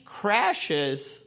crashes